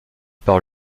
par